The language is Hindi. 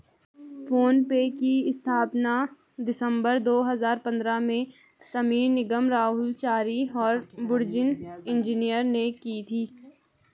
फ़ोन पे की स्थापना दिसंबर दो हजार पन्द्रह में समीर निगम, राहुल चारी और बुर्जिन इंजीनियर ने की थी